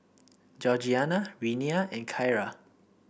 Georgiana Renea and Kyra